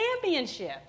Championship